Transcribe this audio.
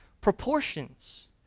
proportions